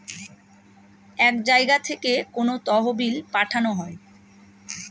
এক জায়গা থেকে কোনো তহবিল পাঠানো হয়